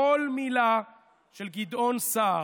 כל מילה של גדעון סער.